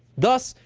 thus,